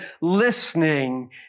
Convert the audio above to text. listening